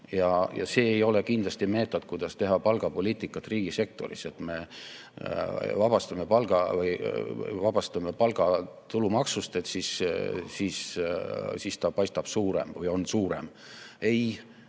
Ja see ei ole kindlasti meetod, kuidas teha palgapoliitikat riigisektoris, et me vabastame palga tulumaksust, siis ta paistab suurem või on suurem. Ei,